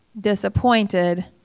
disappointed